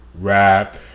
rap